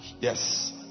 Yes